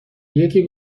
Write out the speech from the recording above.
یکی